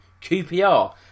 QPR